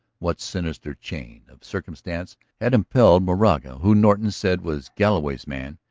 what sinister chain of circumstance had impelled moraga, who norton said was galloway's man,